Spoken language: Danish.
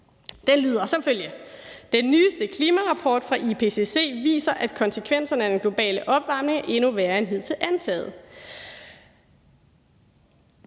den nyeste klimarapport fra IPCC, viser den jo, at konsekvenserne af den globale opvarmning altså er værre end hidtil antaget,